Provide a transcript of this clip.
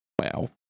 Wow